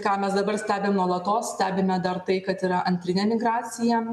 ką mes dabar stebim nuolatos stebime dar tai kad yra antrinė migracija